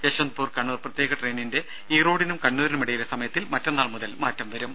യശ്വന്ത്പൂർ കണ്ണൂർ പ്രത്യേക ട്രെയിനിന്റെ ഈറോഡിനും കണ്ണൂരിനും ഇടയിലെ സമയത്തിൽ മറ്റന്നാൾ മുതൽ മാറ്റം വരും